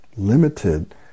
limited